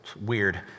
weird